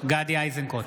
גדי איזנקוט,